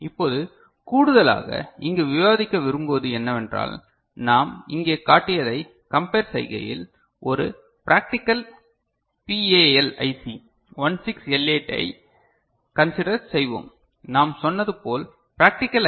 இப்போது கூடுதலாக இங்கு விவாதிக்க விரும்புவது என்னவென்றால் நாம் இங்கே காட்டியதை கம்பேர் செய்கையில் ஒரு ப்ராக்டிகல் பிஏஎல் ஐசி 16L8 ஐக் கன்சிடர் செய்வோம் நாம் சொன்னது போல ப்ராக்டிகல் ஐ